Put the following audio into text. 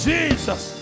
Jesus